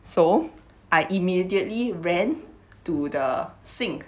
so I immediately ran to the sink